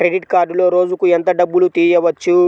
Credit కార్డులో రోజుకు ఎంత డబ్బులు తీయవచ్చు?